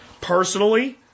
Personally